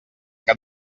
que